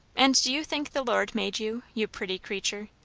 and do you think the lord made you you pretty creatur!